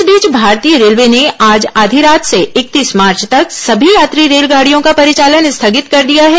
इस बीच भारतीय रेलवे ने आज आधी रात से इकतीस मार्च तक सभी यात्री रेलगाड़ियों का परिचालन स्थगित कर दिया है